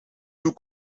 toe